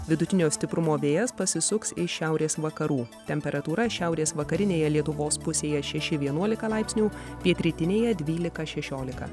vidutinio stiprumo vėjas pasisuks iš šiaurės vakarų temperatūra šiaurės vakarinėje lietuvos pusėje šeši vienuolika laipsnių pietrytinėje dvylika šešiolika